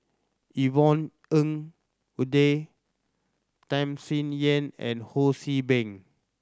Yvonne Ng Uhde Tham Sien Yen and Ho See Beng